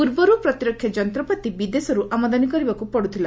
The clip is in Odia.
ପୂର୍ବରୁ ପ୍ରତିରକ୍ଷା ଯନ୍ତପାତି ବିଦେଶରୁ ଆମଦାନୀ କରିବାକୃ ପଡ଼ିଥିଲା